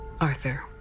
Arthur